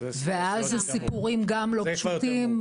ואז זה סיפורים גם לא פשוטים,